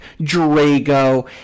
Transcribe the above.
Drago